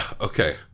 Okay